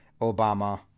Obama